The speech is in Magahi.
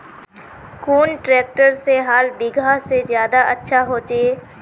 कुन ट्रैक्टर से हाल बिगहा ले ज्यादा अच्छा होचए?